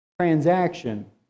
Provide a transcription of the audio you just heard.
transaction